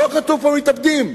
לא כתוב פה מתאבדים,